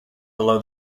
below